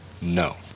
No